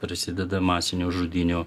prasideda masinių žudynių